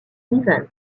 event